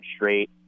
straight